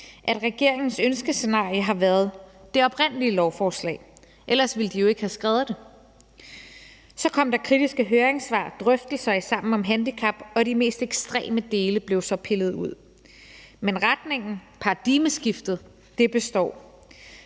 at regeringens ønskescenarie har været det oprindelige lovforslag, for ellers ville de vel ikke have skrevet det. Så kom der kritiske høringssvar, drøftelser i Sammen om handicap og de mest ekstreme dele blev så pillet ud. Men retningen, paradigmeskiftet består.